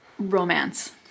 Romance